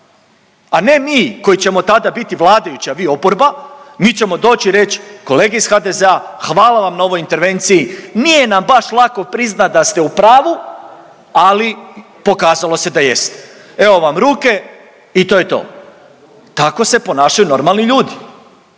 a ne mi koji ćemo tada biti vladajući, a vi oporba, mi ćemo doć i reć kolege iz HDZ-a hvala vam na ovoj intervenciji, nije nam baš lako priznat da ste u pravu, ali pokazalo se da jeste, evo vam ruke i to je to, tako se ponašaju normalni ljudi,